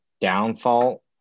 downfall